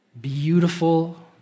beautiful